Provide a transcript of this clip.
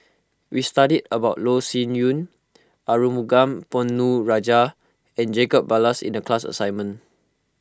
we studied about Loh Sin Yun Arumugam Ponnu Rajah and Jacob Ballas in the class assignment